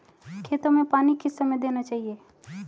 खेतों में पानी किस समय देना चाहिए?